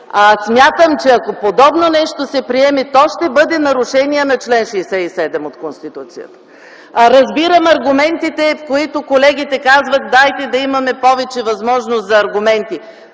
Смятам, че ако се приеме подобно нещо, то ще бъде нарушение на чл. 67 от Конституцията. Разбирам аргументите, които колегите казват: „Дайте да имаме повече възможност за аргументи”.